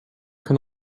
can